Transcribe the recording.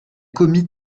commis